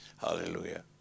Hallelujah